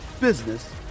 business